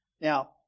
Now